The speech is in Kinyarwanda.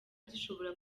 gishobora